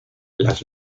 las